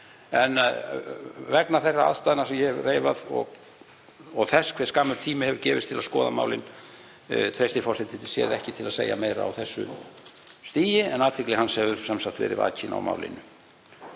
En vegna þeirra aðstæðna sem ég hef reifað og þess hve skammur tími hefur gefist til að skoða málin treysti forseti sér ekki til að segja meira á þessu stigi, en athygli hans hefur verið vakin á málinu.